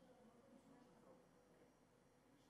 חברי הכנסת, אני מחדש את